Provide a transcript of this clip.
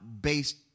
based